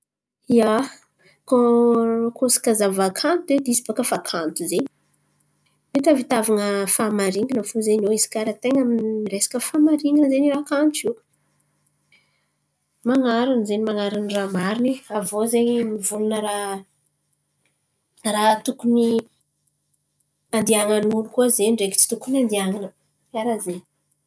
Ia, kô kô izy kà zava-kanto edy izy baka fa kanto zen̈y. Mety ahavitavan̈a fahamarin̈ana fo zen̈y iô raha ten̈a resaka fahamarin̈ana zen̈y raha kanto io. Man̈arin̈y zen̈y. Man̈arin̈y raha marin̈y. Aviô zen̈y mivolan̈a raha raha tokony handihan̈an'olo koa zen̈y ndreky tsy tokony handihan̈ana. Karà zen̈y.